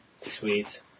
sweet